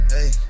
Hey